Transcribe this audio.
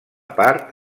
part